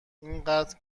اینقدر